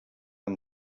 amb